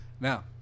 now